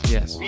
Yes